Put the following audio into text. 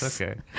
okay